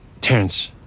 terrence